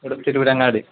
ഇവിടെ തിരുവരങ്ങാട്